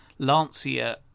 Lancia